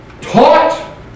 taught